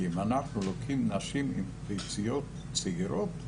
אם אנחנו לוקחים ביציות מנשים צעירות,